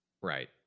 Right